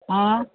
हा